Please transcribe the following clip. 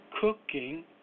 cooking